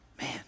Man